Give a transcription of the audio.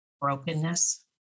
brokenness